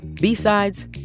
B-sides